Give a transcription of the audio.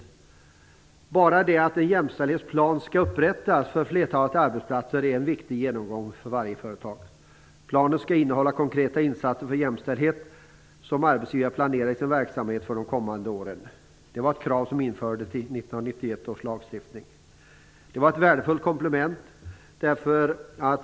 Redan själva upprättandet av en jämställdhetsplan för flertalet arbetsplatser innebär en viktig genomgång för varje företag. Planen skall innehålla konkreta insatser för jämställdhet som arbetsgivaren planerar i sin verksamhet för de kommande åren. Detta är ett krav som infördes i 1991 års lagstiftning, och ett värdefullt komplement.